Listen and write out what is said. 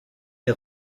est